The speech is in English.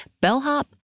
bellhop